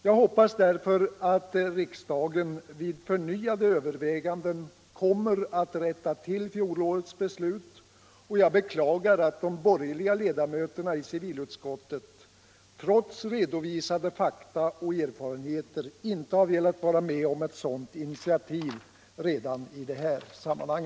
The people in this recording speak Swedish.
Jag hoppas därför att riksdagen vid förnyade överväganden kommer att rätta till fjolårets beslut, och jag beklagar att de borgerliga ledamöterna i civilutskottet, trots redovisade fakta och erfarenheter, inte velat vara med om ett sådant initiativ redan i detta sammanhang.